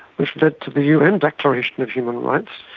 which led to the un declaration of human rights.